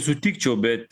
sutikčiau bet